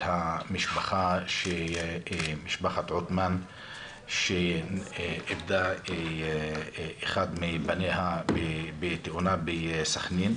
משפחת עותמאן שאיבדה את אחד מבניה בתאונה בסכנין.